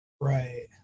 Right